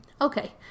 Okay